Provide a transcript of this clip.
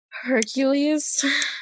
Hercules